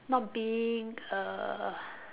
not being a